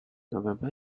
november